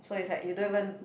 so it's like you don't even